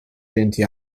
venti